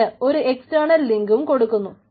എന്നിട്ട് ഒരു എക്സ്റ്റേണൽ ലിങ്കും കൊടുക്കുന്നു